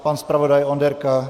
Pan zpravodaj Onderka?